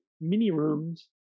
mini-rooms